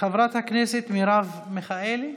חברת הכנסת מרב מיכאלי,